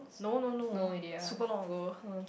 no no no super long ago